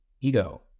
ego